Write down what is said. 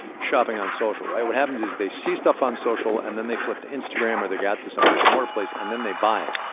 shopping on social, right? what happens is they see stuff on social, and then they flip to instagram or they go out to some brick-and-mortar place, and then they buy it.